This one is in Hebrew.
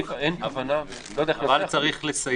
אין הבנה אני